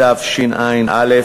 התשע"א,